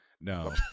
No